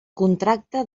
contracte